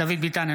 דוד ביטן,